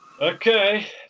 Okay